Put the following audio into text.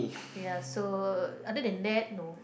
ya so other than that no